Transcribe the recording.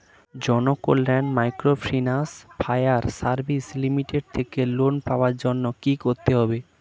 Janakalyan microfinance fire service limited থেকে loan পাওয়ার জন্য কি করতে হবে?